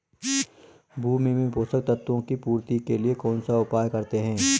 भूमि में पोषक तत्वों की पूर्ति के लिए कौनसा उपाय करते हैं?